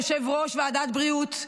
יושב-ראש ועדת הבריאות,